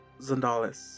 Zandalis